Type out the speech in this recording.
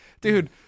Dude